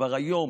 כבר היום